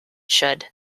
should